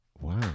wow